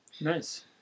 nice